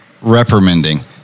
reprimanding